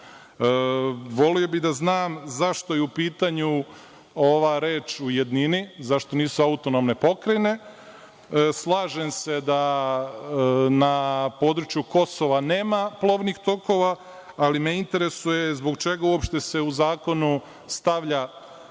Voleo bih da znam zašto je u pitanju ova reč u jednini, zašto nisu autonomne pokrajine? Slažem se da na području Kosova nema plovnih tokova, ali me interesuje zbog čega se uopšte u zakonu stavlja